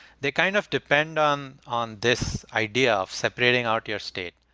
they kind of depend on on this idea of separating out your state.